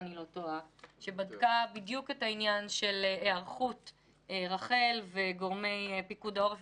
נבדק העניין של היערכות רח"ל וגורמי פיקוד העורף